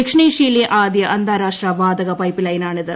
ദക്ഷിണേഷ്യയിലെ ആദ്യ അന്താരാഷ്ട്രീ ്യാതക പൈപ്പ്ലൈനാണിത്